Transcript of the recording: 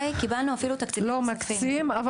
קיבלנו אפילו תקציבים --- לא מקצים אבל